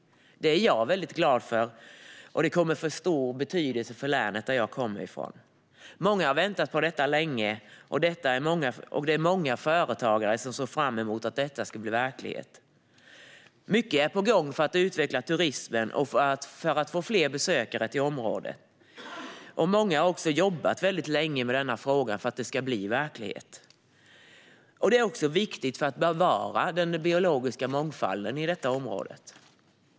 Det är jag väldigt glad för, och det kommer att få stor betydelse för länet jag kommer ifrån. Många har väntat länge på detta ska bli verklighet, inte minst många företagare. Mycket är på gång för att utveckla turismen och för att få fler besökare till området. Många har också jobbat väldigt länge för att det ska bli verklighet. Det är också viktigt för att bevara den biologiska mångfalden i området.